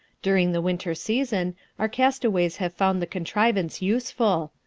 during the winter season our castaways have found the contrivance useful,